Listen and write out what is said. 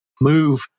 move